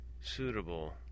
suitable